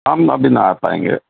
ہم ابھی نہ آ پائیں گے